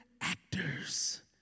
actors